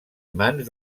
mans